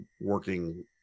working